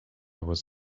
was